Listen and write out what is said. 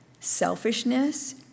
selfishness